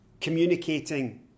communicating